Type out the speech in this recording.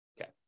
Okay